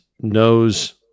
knows